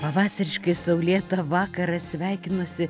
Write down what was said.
pavasariškai saulėtą vakarą sveikinuosi